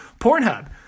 Pornhub